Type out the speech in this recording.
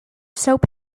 soap